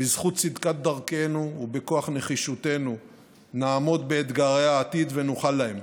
בזכות צדקת דרכנו ובכוח נחישותנו נעמוד באתגרי העתיד ונוכל להם.